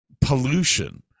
pollution